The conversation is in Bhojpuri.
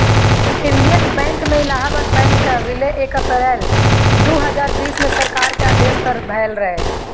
इंडियन बैंक में इलाहाबाद बैंक कअ विलय एक अप्रैल दू हजार बीस में सरकार के आदेश पअ भयल रहे